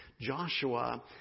Joshua